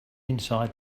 inside